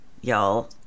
y'all